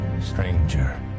stranger